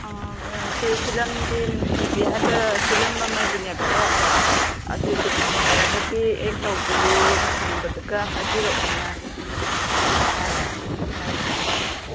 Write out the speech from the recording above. ꯑꯩꯈꯣꯏ ꯐꯤꯂꯝꯗꯤ ꯅꯨꯡꯁꯤꯕꯤ ꯍꯥꯏꯕ ꯐꯤꯂꯝ ꯑꯃꯒꯤꯅꯦꯕꯀꯣ ꯑꯗꯨꯒꯤꯗꯨ ꯌꯥꯔꯒꯗꯤ ꯑꯦꯛ ꯇꯧꯕꯤꯌꯨ ꯁꯪꯕꯗꯨꯒ ꯍꯥꯏꯕꯤꯔꯛꯎꯅ ꯑꯩꯅ ꯍꯥꯏ ꯑꯗꯨꯃꯥꯏꯅ ꯍꯥꯏꯔꯤꯕ